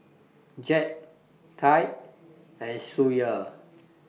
Jett Taj and Schuyler